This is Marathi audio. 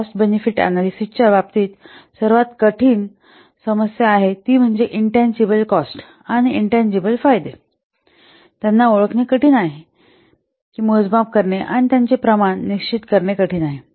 कॉस्ट बेनिफिट अनॅलिसिस च्या बाबतीत सर्वात कठीण आव्हानातील ही एक कठीण समस्या आहे ती म्हणजे इंटनजिबल किंमत आणि इंटनजिबल फायदे त्यांना ओळखणे कठीण आहे की मोजमाप करणे आणि त्याचे प्रमाण निश्चित करणे कठीण आहे